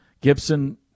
Gibson